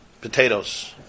potatoes